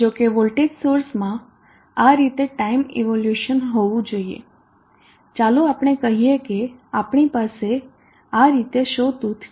જો કે વોલ્ટેજ સોર્સમાં આ રીતે ટાઇમ ઇવોલ્યુશન હોવું જોઈએ ચાલો આપણે કહીએ કે આપણી પાસે આ રીતે સો ટુથ છે